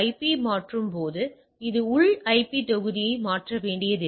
பியை மாற்றும்போது அது உள் ஐபி தொகுதியை மாற்ற வேண்டியதில்லை